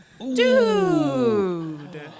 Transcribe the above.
Dude